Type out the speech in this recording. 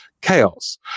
Chaos